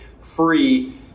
free